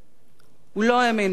הוא לא האמין בפילנתרופיה.